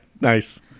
Nice